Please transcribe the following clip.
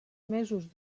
mesos